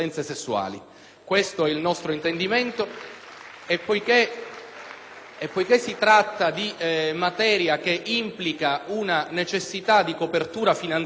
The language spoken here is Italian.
Questo è il nostro intendimento e poiché si tratta di materia che implica una necessità di copertura finanziaria,